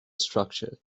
structure